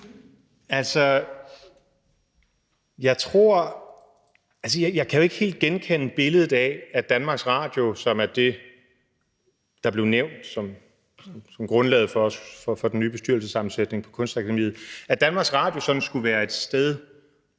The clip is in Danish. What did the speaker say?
Messerschmidt (DF): Jeg kan jo ikke helt genkende billedet af, at Danmarks Radio, som er det, der blev nævnt som grundlaget for den nye bestyrelsessammensætning på Kunstakademiet, sådan skulle være et sted,